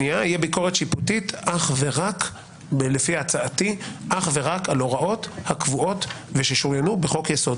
ביקורת שיפוטית לפי הצעתי אך ורק על הוראות קבועות וששורינו בחוק יסוד,